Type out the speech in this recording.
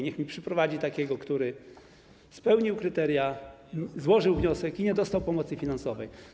Niech pan poseł mi przyprowadzi takiego, który spełnił kryteria, złożył wniosek i nie dostał pomocy finansowej.